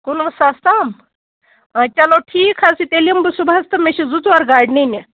کُنوُہ ساس تام وۅنۍ چلو ٹھیٖک حظ چھُ تیٚلہِ یِمہٕ بہٕ صُبحَس تہٕ مےٚ چھِ زٕ ژور گاڑِ نِنہِ